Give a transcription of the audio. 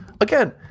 again